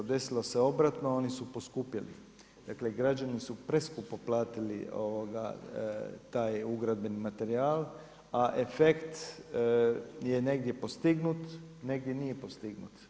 Desilo se obratno, oni su poskupjeli, dakle građani su preskupo platili taj ugradbeni materijal, a efekt je negdje postignut, negdje nije postignut.